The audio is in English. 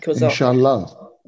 Inshallah